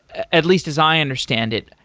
at least as i understand it,